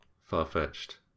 far-fetched